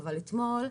אבל אתמול,